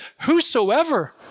whosoever